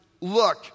look